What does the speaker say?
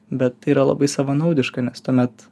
bet tai yra labai savanaudiška nes tuomet